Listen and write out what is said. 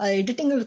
editing